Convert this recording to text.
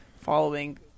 following